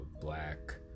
Black